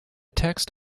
text